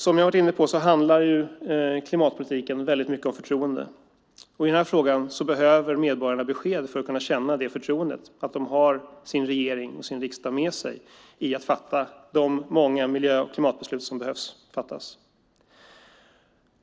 Som jag har varit inne på handlar klimatpolitiken mycket om förtroende. I den här frågan behöver medborgarna besked för att kunna känna det förtroendet att de har sin regering och riksdag med sig i att fatta de många miljö och klimatbeslut som behöver fattas.